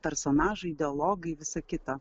personažai dialogai visa kita